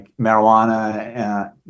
marijuana